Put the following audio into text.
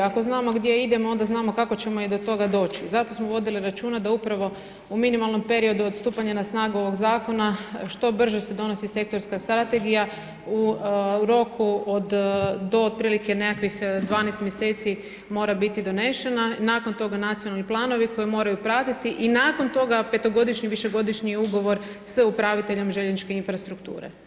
Ako znamo gdje idemo, onda znamo kako ćemo i do toga doći, zato smo vodili računa da upravo u minimalnom periodu od stupanja na snagu ovog zakona što brže se donosi sektorska strategija u roku od do otprilike nekakvih 12 mjeseci mora biti donešena, nakon toga nacionalni planovi koji moraju pratiti i nakon toga 5-ogodišnji, višegodišnji ugovor s upraviteljem željezničke infrastrukture.